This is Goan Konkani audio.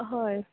हय